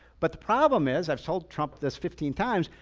but the problem is, i've told trump this fifteen times.